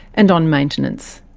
and on maintenance.